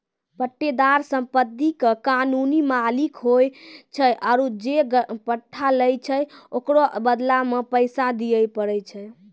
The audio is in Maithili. पट्टेदार सम्पति के कानूनी मालिक होय छै आरु जे पट्टा लै छै ओकरो बदला मे पैसा दिये पड़ै छै